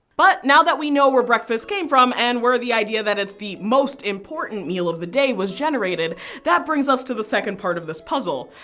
but, now that we know where breakfast came from and where the idea that it's the most important meal of the day was generated that brings us to the second part of this puzzle.